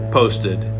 posted